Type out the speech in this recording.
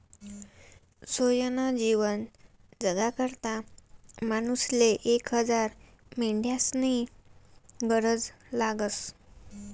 सोयनं जीवन जगाकरता मानूसले एक हजार मेंढ्यास्नी गरज लागस